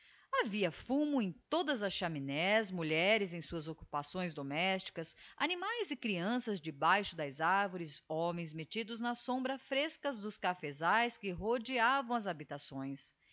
havia fumo em todas as chaminés mulheres em suas occupações domesticas animaes e creanças debaixo das arvores homens mettidos na sombra fresca dos cafesaes que rodeavam as habitações